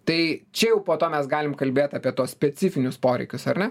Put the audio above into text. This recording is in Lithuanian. tai čia jau po to mes galim kalbėt apie tuos specifinius poreikius ar ne